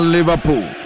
Liverpool